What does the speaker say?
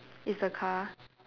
is a car